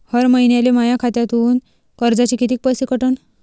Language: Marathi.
हर महिन्याले माह्या खात्यातून कर्जाचे कितीक पैसे कटन?